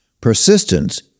Persistence